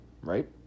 right